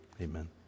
amen